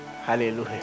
Hallelujah